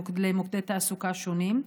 למוקדי תעסוקה שונים.